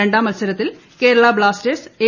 രണ്ടാം മത്സരത്തിൽ Kerala Blasters A